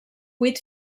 vuit